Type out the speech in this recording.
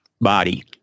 body